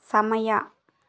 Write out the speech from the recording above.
ಸಮಯ